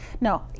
No